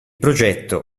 progetto